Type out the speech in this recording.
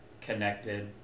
connected